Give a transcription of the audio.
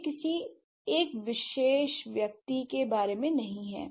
यह किसी एक व्यक्ति विशेष के बारे में नहीं है